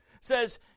says